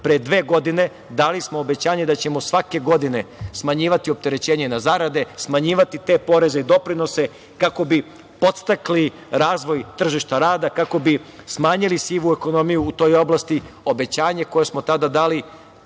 pre dve godine dali smo obećanje da ćemo svake godine smanjivati opterećenje na zarade, smanjivati te poreze i doprinose, kako bi podstakli razvoj tržišta rada, kako bi smanjili sivu ekonomiju u toj oblasti. Obećanja koje smo tada dali